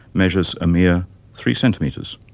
measures a mere three centimetres.